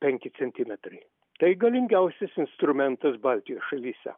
penki centimetrai tai galingiausias instrumentas baltijos šalyse